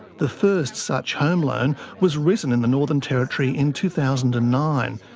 the first such home loan was written in the northern territory in two thousand and nine,